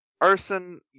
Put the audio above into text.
arson